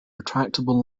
retractable